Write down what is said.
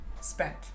spent